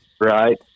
Right